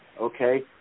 Okay